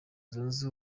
zunze